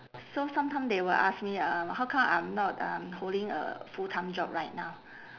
so sometime they will ask me uh how come I'm not um holding a full time job right now